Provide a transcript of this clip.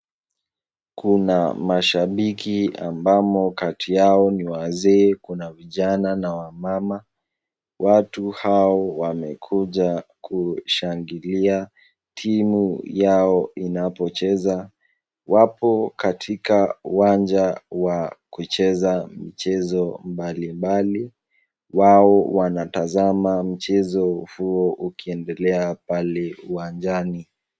Kuna mashabiki ambamo kati yao ni wazee, kuna vijana na wamama. Watu hao wamekuja kushangilia timu yao inapocheza. Wapo katika uwanja wa kucheza michezo mbalimbali. Wao wanatazama mchezo huo ukiendelea pale uwanjani.